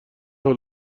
حال